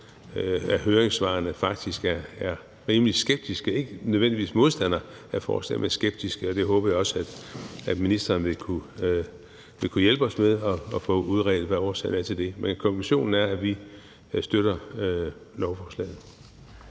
af høringssvarene faktisk er rimelig skeptiske, ikke nødvendigvis modstandere af forslaget, men skeptiske, og det håber jeg også ministeren vil kunne hjælpe os med at få udredt hvad årsagen er til. Men konklusionen er, at vi støtter lovforslaget.